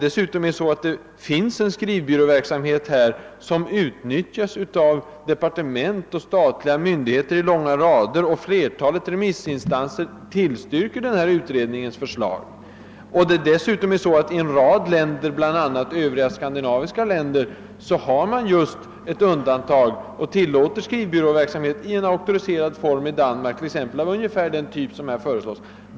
Dessutom finns det en skrivbyråverksamhet i dag som utnyttjas av departement och statliga myndigheter i långa rader. Vidare tillstyrkte de flesta remissinstanser utredningens förslag. Och i en rad länder — bl.a. övriga skandinaviska länder — gör man ett undantag på detta område och tillåter skrivbyråverksamhet i auktoriserad form, exempelvis i Danmark, av ungefär den typ som här föreslås.